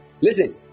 Listen